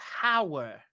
power